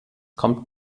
kommt